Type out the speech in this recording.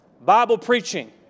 Bible-preaching